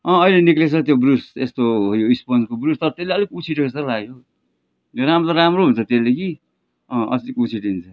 अँ अहिले निस्किएको छ त्यो ब्रुस यस्तो यो स्पोन्जको ब्रुस तर त्यसले यसो उछिटिन्छ जस्तो लाग्यो यो राम्रो त राम्रो हुन्छ त्यसले कि अँ अलिक उछिटिन्छ